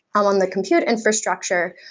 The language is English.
um on the compute infrastructure,